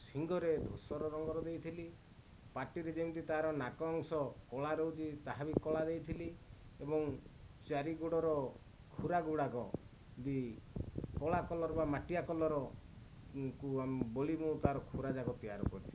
ଶିଙ୍ଘରେ ଧୂସର ରଙ୍ଗର ଦେଇଥିଲି ପାଟିରେ ଯେମିତି ତାର ନାକ ଅଂଶ କଳା ରହୁଛି ତାହା ବି କଳା ଦେଇଥିଲି ଏବଂ ଚାରି ଗୋଡ଼ର ଖୁରା ଗୁଡ଼ାକ ବି କଳା କଲର୍ ବା ମାଟିଆ କଲର୍ଙ୍କୁ ବୋଲି ମୁଁ ତାର ଖୁରା ଯାକ ତିଆରି କରିଥିଲି